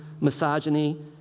misogyny